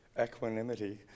equanimity